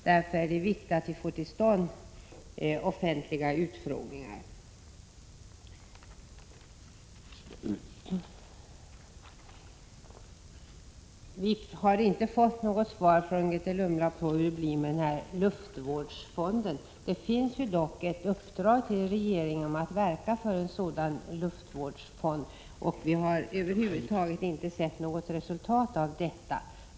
Därför är det viktigt att få till stånd offentliga utfrågningar. Vi har inte fått något svar från Grethe Lundblad om hur det blir med luftvårdsfonden. Det finns uppdrag till regeringen att verka för en sådan fond, men vi har över huvud taget inte sett något resultat av detta.